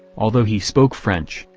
although he spoke french,